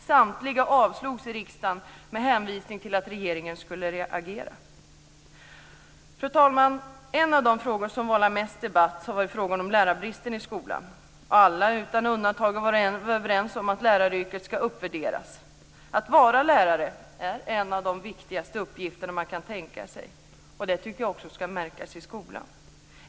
Samtliga avslogs i riksdagen med hänvisning till att regeringen skulle agera. Fru talman! En av de frågor som vållat mest debatt har varit frågan om lärarbristen i skolan. Alla, utan undantag, har varit överens om att läraryrket ska uppvärderas. Att vara lärare är en av de viktigaste uppgifterna man kan tänka sig. Det tycker jag också ska märkas i skolan.